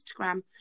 Instagram